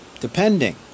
depending